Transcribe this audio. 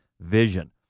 vision